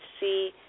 see